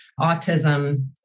autism